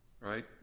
Right